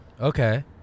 Okay